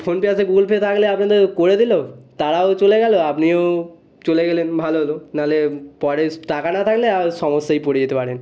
PhonePe আছে Google Pay থাকলে আপনাদের করে দিল তারাও চলে গেল আপনিও চলে গেলেন ভালো হল না হলে পরে টাকা না থাকলে আর সমস্যায় পড়ে যেতে পারেন